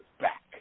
back